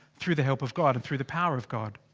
through the help of god and through the power of god.